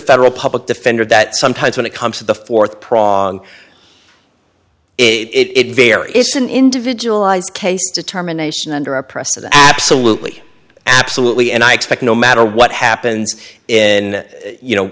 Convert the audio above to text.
federal public defender that sometimes when it comes to the fourth prong it is very it's an individualized case determination under oppressed absolutely absolutely and i expect no matter what happens in you know